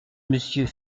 monsieur